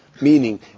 Meaning